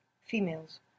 females